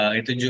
itu